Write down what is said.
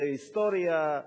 היסטוריה,